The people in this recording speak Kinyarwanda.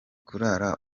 kurara